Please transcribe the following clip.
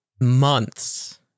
months